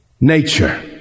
nature